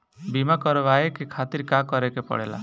बीमा करेवाए के खातिर का करे के पड़ेला?